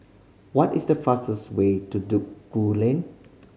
what is the fastest way to Duku Lane